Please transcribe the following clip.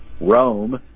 Rome